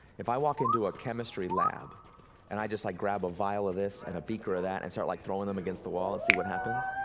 if i walk into a chemistry lab and i just like grab a vial of this and a beaker of that and start like throwing them against the wall to and see what happens,